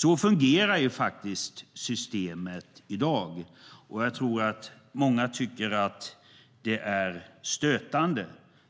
Så fungerar ju faktiskt systemet i dag, och jag tror att många tycker att det är stötande,